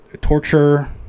torture